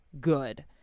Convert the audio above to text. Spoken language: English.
good